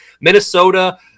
Minnesota